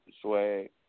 swag